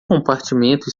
compartimento